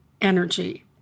energy